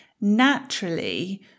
naturally